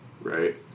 right